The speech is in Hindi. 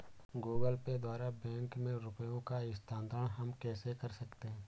गूगल पे द्वारा बैंक में रुपयों का स्थानांतरण हम कैसे कर सकते हैं?